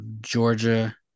Georgia